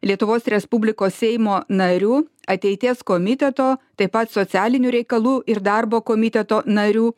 lietuvos respublikos seimo nariu ateities komiteto taip pat socialinių reikalų ir darbo komiteto nariu